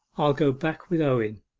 i'll go back with owen